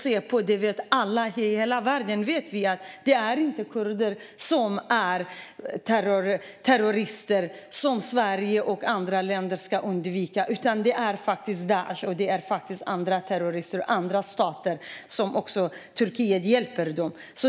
Säpo och alla i hela världen vet att det inte är kurder som är de terrorister som Sverige och andra länder ska undvika, utan det är faktiskt Daish och andra terrorister och stater som Turkiet också hjälper.